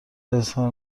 اظهار